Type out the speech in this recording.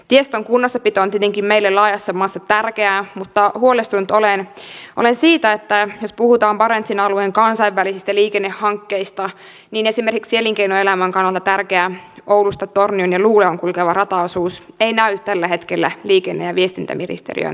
tiestön kunnossapito on tietenkin meille laajassa maassa tärkeää mutta huolestunut olen siitä että jos puhutaan barentsin alueen kansainvälisistä liikennehankkeista niin esimerkiksi elinkeinoelämän kannalta tärkeä oulusta tornioon ja luulajaan kulkeva rataosuus ei näy tällä hetkellä liikenne ja viestintäministeriön budjetissa